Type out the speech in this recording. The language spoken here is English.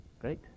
Great